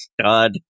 stud